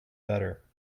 better